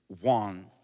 one